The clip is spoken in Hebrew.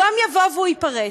יום יבוא והוא ייפרץ.